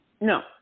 No